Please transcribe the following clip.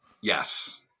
Yes